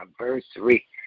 anniversary